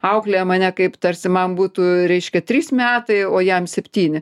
auklėja mane kaip tarsi man būtų reiškia trys metai o jam septyni